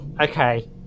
okay